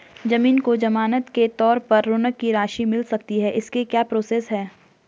ज़मीन को ज़मानत के तौर पर ऋण की राशि मिल सकती है इसकी क्या प्रोसेस है?